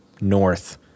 north